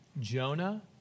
Jonah